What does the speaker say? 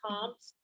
comps